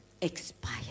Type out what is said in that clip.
expire